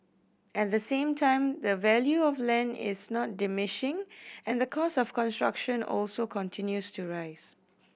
at the same time the value of land is not diminishing and the cost of construction also continues to rise